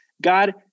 God